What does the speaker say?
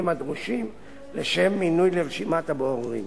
הדרושים לשם מינוי לרשימת הבוררים.